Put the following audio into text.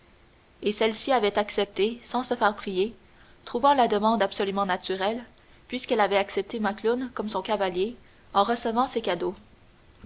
et celle-ci avait accepté sans se faire prier trouvant la demande absolument naturelle puisqu'elle avait accepté macloune comme son cavalier en recevant ses cadeaux